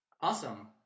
Awesome